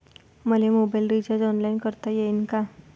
मले mobile recharge online करता येईन का?